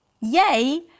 yay